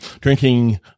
drinking